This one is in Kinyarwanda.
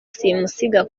simusiga